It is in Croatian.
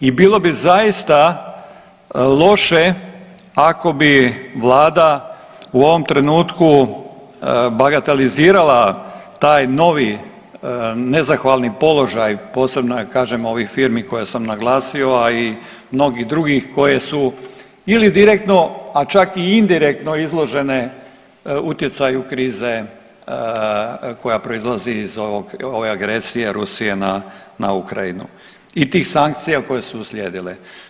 I bilo bi zaista loše ako bi vlada u ovom trenutku bagatelizirala taj novi nezahvalni položaj posebno je kažem ovih firmi koje sam naglasio, a i mnogih drugih koje su ili direktno, a čak i indirektno izložene utjecaju krize koja proizlazi iz ovog, ove agresije Rusije na Ukrajinu i tih sankcija koje su uslijedile.